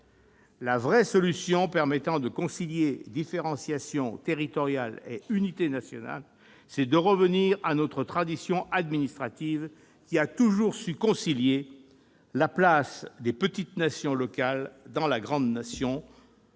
La vraie solution permettant de concilier différenciation territoriale et unité nationale consiste à revenir à notre tradition administrative, qui a toujours su garantir la place des petites nations locales dans la grande nation